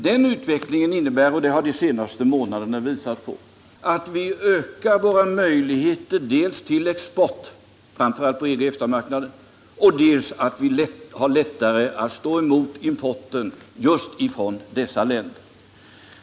Den utvecklingen innebär — det har de senaste månaderna pekat på — att vi dels ökar våra möjligheter till export, framför allt till EG/EFTA-marknaden, dels får lättare att stå emot importen just från dessa länder.